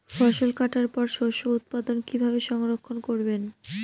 ফসল কাটার পর শস্য উৎপাদন কিভাবে সংরক্ষণ করবেন?